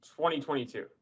2022